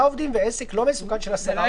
עובדים ועסק לא מסוכן של עשרה עובדים.